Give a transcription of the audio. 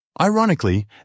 Ironically